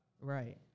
Right